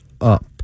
up